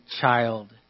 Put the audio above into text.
child